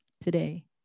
today